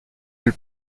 elle